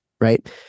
Right